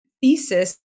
thesis